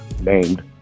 named